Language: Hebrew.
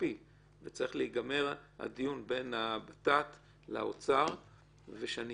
הכספי וצריך להיגמר הדיון בין הבט"פ לאוצר ושאני